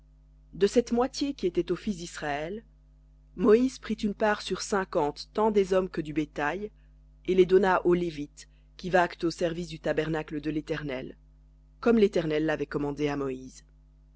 de la moitié qui revient aux fils d'israël tu prendras une part sur cinquante des hommes du gros bétail des ânes et du menu bétail de toutes les bêtes et tu les donneras aux lévites qui vaquent au service du tabernacle de léternel comme l'éternel l'avait commandé à moïse